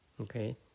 Okay